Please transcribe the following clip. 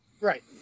Right